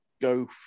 go